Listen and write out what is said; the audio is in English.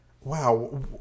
Wow